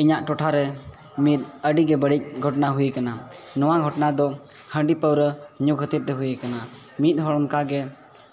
ᱤᱧᱟᱹᱜ ᱴᱚᱴᱷᱟ ᱨᱮ ᱢᱤᱫ ᱟᱹᱰᱤ ᱜᱮ ᱵᱟᱹᱲᱤᱡᱽ ᱜᱷᱚᱴᱚᱱᱟ ᱦᱩᱭᱟᱠᱟᱱᱟ ᱱᱚᱣᱟ ᱜᱷᱚᱴᱚᱱᱟ ᱫᱚ ᱦᱟᱺᱰᱤ ᱯᱟᱹᱣᱨᱟᱹ ᱧᱩ ᱠᱷᱟᱹᱛᱤᱨᱛᱮ ᱦᱩᱭᱟᱠᱟᱱᱟ ᱢᱤᱫ ᱦᱚᱲ ᱚᱱᱠᱟ ᱜᱮ